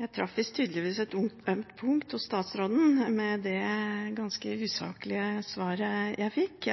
Jeg traff tydeligvis et ømt punkt hos statsråden med det ganske usaklige svaret jeg fikk.